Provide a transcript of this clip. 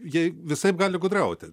jei visaip gali gudrauti